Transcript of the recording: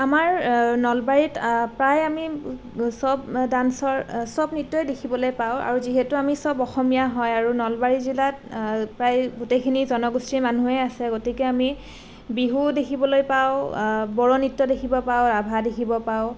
আমাৰ নলবাৰীত প্ৰায় আমি সব ডান্সৰ সব নৃত্যই দেখিবলৈ পাওঁ আৰু যিহেতু আমি সব অসমীয়া হয় আৰু নলবাৰী জিলাত প্ৰায় গোটেইখিনি জনগোষ্ঠীৰ মানুহেই আছে গতিকে আমি বিহু দেখিবলৈ পাওঁ বড়ো নৃত্য দেখিবলৈ পাওঁ ৰাভা দেখিবলৈ পাওঁ